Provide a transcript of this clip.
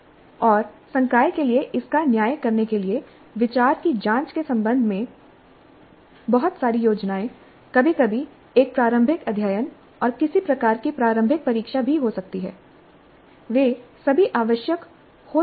और संकाय के लिए इसका न्याय करने के लिए विचार की जांच के संबंध में बहुत सारी योजनाएं कभी कभी एक प्रारंभिक अध्ययन और किसी प्रकार की प्रारंभिक परीक्षा भी हो सकती है वे सभी आवश्यक हो सकते हैं